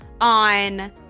on